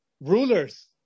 rulers